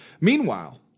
Meanwhile